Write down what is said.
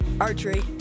Archery